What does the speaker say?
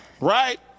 right